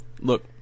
Look